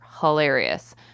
hilarious